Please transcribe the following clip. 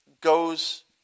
goes